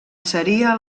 seria